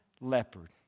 leopard